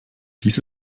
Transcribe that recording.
dies